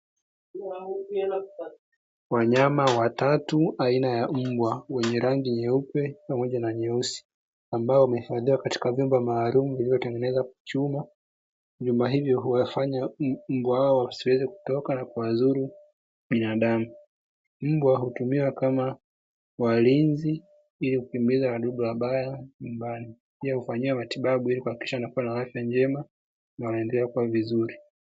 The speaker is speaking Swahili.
Wanyama watatu aina ya mbwa wenye rangi nyeupe pamoja na nyeusi ambao wamehifadhiwa katika vyumba maalumu vilivyotengenezwa kwa chuma, Vyumba hivyo huwafanya mbwa hawa wasiweze kutoka na kuwazuru binadamu. Mbwa hutumiwa kama walinzi ili kukimbiza wadudu wabaya nyumbani, pia hufanyiwa matibabu ili kuhakikisha wana afya njema na wanaendelea kuwa vizuri.